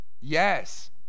Yes